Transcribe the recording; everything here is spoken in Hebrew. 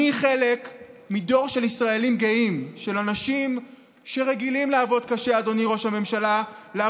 נראה שלא היית אף פעם במצבים קשים באמת.